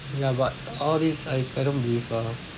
ya but all this I I don't believe lah